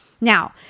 Now